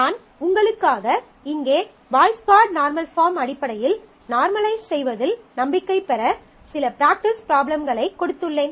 நான் உங்களுக்காக இங்கே பாய்ஸ் கோட் நார்மல் பாஃர்ம் அடிப்படையில் நார்மலைஸ் செய்வதில் நம்பிக்கை பெற சில ப்ராக்டிஸ் ப்ராப்ளம்களைக் கொடுத்துள்ளேன்